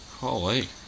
Holy